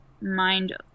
mind